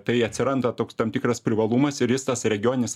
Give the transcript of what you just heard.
tai atsiranda toks tam tikras privalumas ir jis tas regioninis